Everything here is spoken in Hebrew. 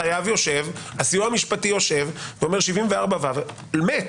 החייב יושב, הסיוע המשפטי יושב, ואומר 74ו מת.